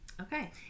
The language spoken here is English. Okay